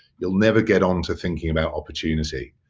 you'll never get on to thinking about opportunity.